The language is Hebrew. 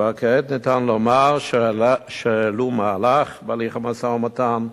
כבר כעת ניתן לומר שהעלו מהלך בהליך המשא-ומתן.